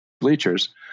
bleachers